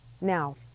Now